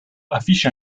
affiche